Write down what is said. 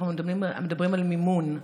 אנחנו מדברים על מימון,